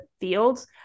fields